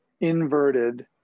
inverted